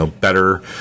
better